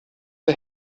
der